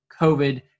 COVID